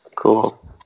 Cool